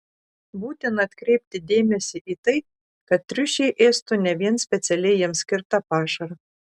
būtina atkreipti dėmesį į tai kad triušiai ėstų ne vien specialiai jiems skirtą pašarą